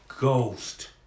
Ghost